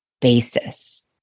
basis